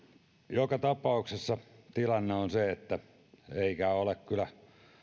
joka tapauksessa tilanne on se eikä ole kyllä